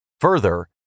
Further